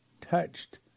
touched